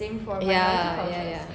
ya ya ya